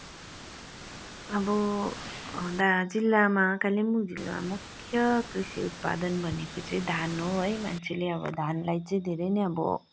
अब जिल्लामा दा कालिम्पोङ्ग जिल्लामा मुख्य कृषि उत्पादन भनेको चाहिँ धान हो है मान्छेले अब धानलाई चाहिँ अब धेरै नै अब